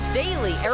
daily